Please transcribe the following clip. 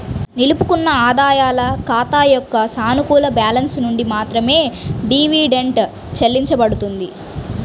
నిలుపుకున్న ఆదాయాల ఖాతా యొక్క సానుకూల బ్యాలెన్స్ నుండి మాత్రమే డివిడెండ్ చెల్లించబడుతుంది